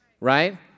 right